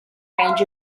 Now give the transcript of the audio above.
range